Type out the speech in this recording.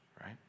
right